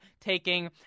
taking